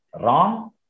wrong